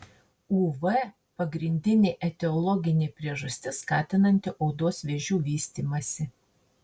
uv pagrindinė etiologinė priežastis skatinanti odos vėžių vystymąsi